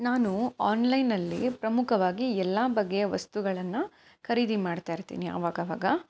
ನಾನು ಆನ್ಲೈನಲ್ಲಿ ಪ್ರಮುಖವಾಗಿ ಎಲ್ಲ ಬಗೆಯ ವಸ್ತುಗಳನ್ನು ಖರೀದಿ ಮಾಡ್ತಾ ಇರ್ತೀನಿ ಅವಾಗವಾಗ